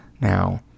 Now